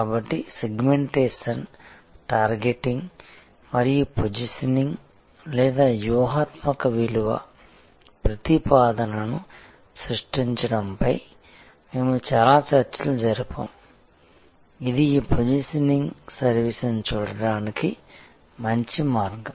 కాబట్టి segmentation targeting మరియు positioning లేదా వ్యూహాత్మక విలువ ప్రతిపాదనను సృష్టించడంపై మేము చాలా చర్చలు జరిపాము ఇది ఈ పొజిషనింగ్ సర్వీస్ని చూడటానికి మంచి మార్గం